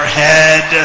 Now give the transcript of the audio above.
head